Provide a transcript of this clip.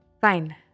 Fine